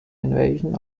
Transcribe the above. invasion